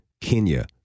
Kenya